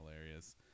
hilarious